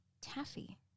taffy